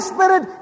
Spirit